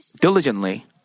diligently